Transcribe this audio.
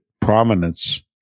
prominence